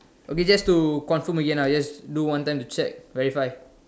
okay just to confirm again ah just do one time to check verify